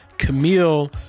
Camille